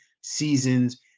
seasons